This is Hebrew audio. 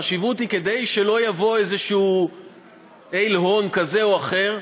החשיבות היא כדי שלא יבוא איזשהו איל הון כזה או אחר,